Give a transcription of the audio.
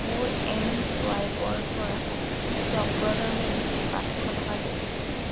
মোৰ এম চোৱাইপৰ পৰা চক্ৰধৰ মেধিক পাঁচশ টকা দিয়ক